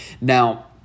Now